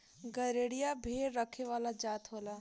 गरेरिया भेड़ रखे वाला जात होला